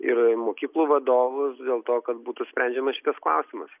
ir mokyklų vadovus dėl to kad būtų sprendžiamas šitas klausimas